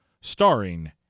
starring